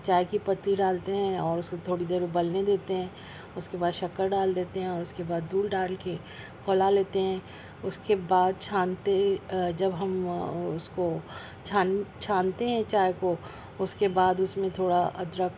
چائے کی پتی ڈالتے ہیں اور اسے تھوڑی دیر ابلنے دیتے ہیں اس کے بعد شکر ڈال دیتے ہیں اور اس کے بعد دودھ ڈال کے کھولا لیتے ہیں اس کے بعد چھانتے جب ہم اس کو چھان چھانتے ہیں چائے کو اس کے بعد اس میں تھوڑا ادرک